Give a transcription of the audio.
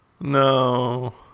No